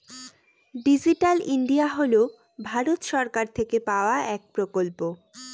digital India হল ভারত সরকার থেকে পাওয়া এক প্রকল্প